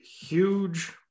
huge